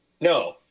No